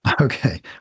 Okay